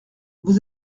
vous